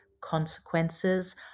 consequences